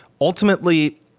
ultimately